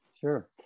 sure